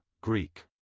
Greek